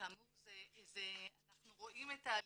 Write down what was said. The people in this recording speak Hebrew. כאמור אנחנו רואים את העלייה,